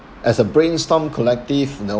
as a brainstorm collective you know